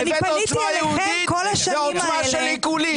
הבאת עוצמה יהודית, זאת עוצמה של עיקולים.